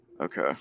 Okay